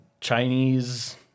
Chinese